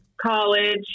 college